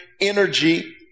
energy